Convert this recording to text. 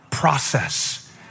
process